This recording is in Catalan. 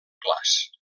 clars